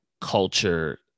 culture